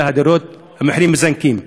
אלא המחירים מזנקים.